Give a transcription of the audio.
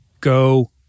Go